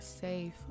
safe